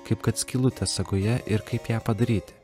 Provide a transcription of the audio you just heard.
kaip kad skylutė sagoje ir kaip ją padaryt